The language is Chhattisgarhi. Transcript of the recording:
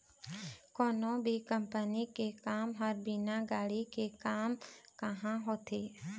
कोनो भी कंपनी के काम ह बिना गाड़ी के काम काँहा होथे